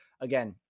again